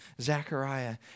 Zechariah